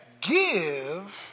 give